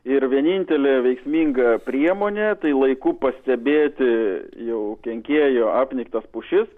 ir vienintelė veiksminga priemonė tai laiku pastebėti jau kenkėjų apniktas pušis